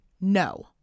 No